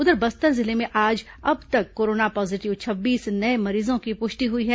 उधर बस्तर जिले में आज अब तक कोरोना पॉजीटिव छब्बीस नये मरीजों की पुष्टि हुई है